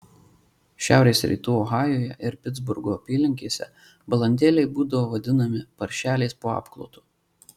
šiaurės rytų ohajuje ir pitsburgo apylinkėse balandėliai būdavo vadinami paršeliais po apklotu